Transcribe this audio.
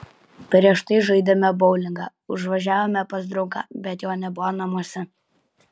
prieš tai žaidėme boulingą užvažiavome pas draugą bet jo nebuvo namuose